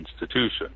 institution